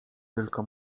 tylko